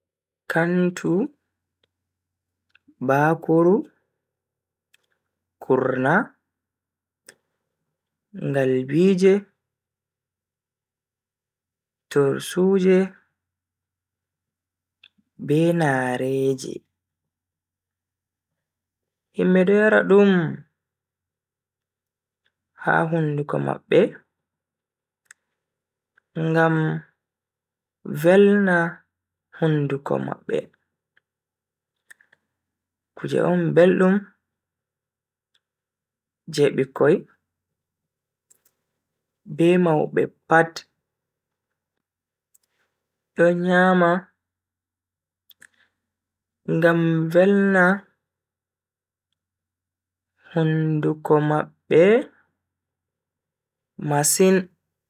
kantu, bakuru, kurna, ngalbiije, tursuuje be nareeje. Himbe do yara dum ha hunduko mabbe ngam velna hunduko mabbe. Kuje on beldum je bikkoi be maube pat do nyama ngam velna hunduko mabbe masin.